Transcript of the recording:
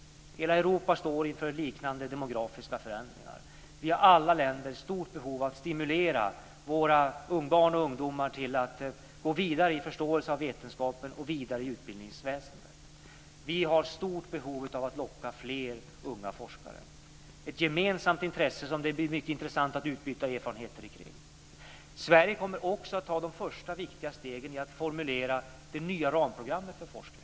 Hela Europa står inför liknande demografiska förändringar. Vi har i alla länder ett stort behov av att stimulera våra barn och ungdomar till att gå vidare i förståelse av vetenskapen och vidare i utbildningsväsendet. Vi har stort behov av att locka fler unga forskare. Det är ett gemensamt intresse som det blir mycket intressant att utbyta erfarenheter kring. Sverige kommer också att ta de första viktiga stegen när det gäller att formulera det nya ramprogrammet för forskning.